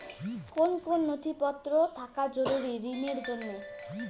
কোন কোন নথিপত্র থাকা জরুরি ঋণের জন্য?